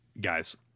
guys